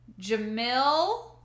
Jamil